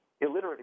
illiterate